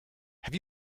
have